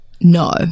No